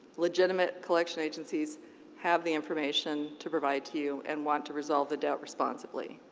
legitimate collection agencies have the information to provide to you and want to resolve the debt responsibly.